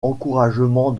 encouragement